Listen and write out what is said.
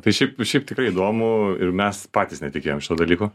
tai šiaip šiaip tikrai įdomu ir mes patys netikėjom šituo dalyku